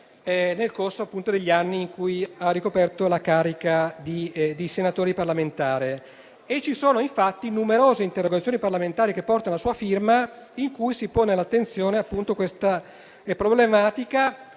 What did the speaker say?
nel corso degli anni in cui ha ricoperto la carica di senatore. Ci sono infatti numerose interrogazioni parlamentari che portano la sua firma in cui si pone all'attenzione tale problematica,